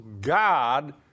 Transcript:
God